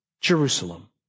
Jerusalem